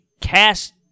cast